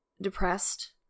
depressed